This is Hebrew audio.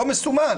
לא מסומן